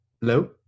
Hello